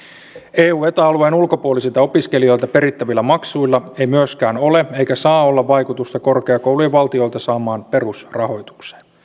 eu ja eta alueen ulkopuolisilta opiskelijoilta perittävillä maksuilla ei myöskään ole eikä saa olla vaikutusta korkeakoulujen valtiolta saamaan perusrahoitukseen